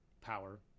power